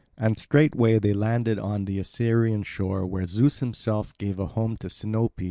and straightway they landed on the assyrian shore where zeus himself gave a home to sinope,